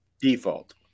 default